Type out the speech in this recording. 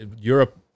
Europe